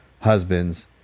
husbands